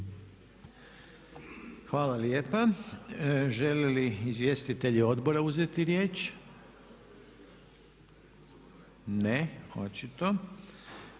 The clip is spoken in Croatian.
Dakle, žele li izvjestitelji Odbora uzeti riječ? Ne vidim